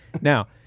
Now